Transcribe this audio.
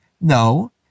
No